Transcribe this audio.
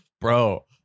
bro